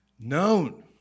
known